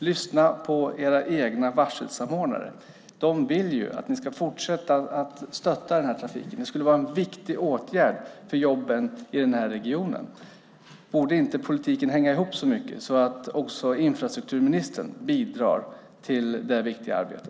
Lyssna på era egna varselsamordnare! De vill att ni ska fortsätta att stötta den här trafiken. Det skulle vara en viktig åtgärd för jobben i regionen. Borde inte politiken hänga ihop så mycket att också infrastrukturministern bidrar till detta viktiga arbete?